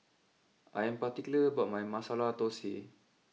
I am particular about my Masala Thosai